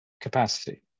capacity